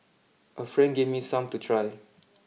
a friend gave me some to try